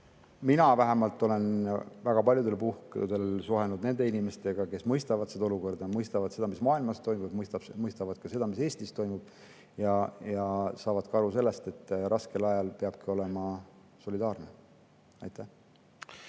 Nii et mina olen väga paljudel puhkudel suhelnud nende inimestega, kes mõistavad seda olukorda, mõistavad seda, mis maailmas toimub, mõistavad seda, mis Eestis toimub, ja saavad aru ka sellest, et raskel ajal peabki olema solidaarne. Aitäh!